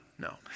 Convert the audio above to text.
No